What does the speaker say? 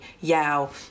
Yao